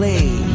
Play